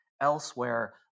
elsewhere